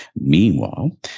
meanwhile